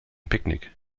picknick